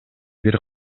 бир